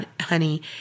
honey